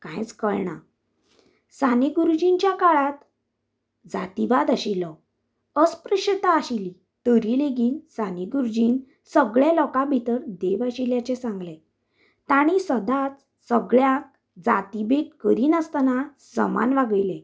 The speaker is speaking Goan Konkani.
कांयच कळना साने गुरूजींच्या काळात जाती वाद आशिल्लो अस्पृश्यता आशिल्ली तरी लेगीत साने गुरूजीन सगळें लोकां भितर देव आशिल्ल्याचें सांगले तांणी सदांच सगळ्यांक जाती भेद करिनासतना समान वागयलें